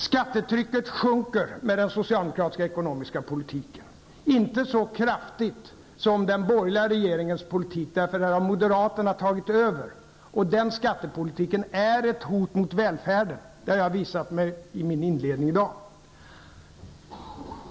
Skattetrycket sjunker med den socialdemokratiska ekonomiska politiken inte lika kraftigt som det skulle göra med den borgerliga regeringens politik. Där har ju moderaterna tagit över, och den skattepolitiken är ett hot mot välfärden. Det har jag visat på i mitt inledande anförande i dag.